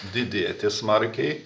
didėti smarkiai